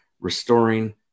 restoring